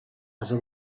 rasa